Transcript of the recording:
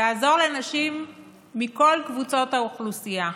תעזור לנשים מכל קבוצות האוכלוסייה: